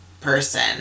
person